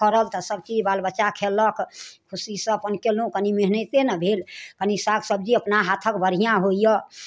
फड़ल तऽ सभ चीज बाल बच्चा खेलक खुशी से अपन केलहुॅं कनि मेहनैते ने भेल कनि साग सब्जी अपना हाथक बढ़िऑं होइये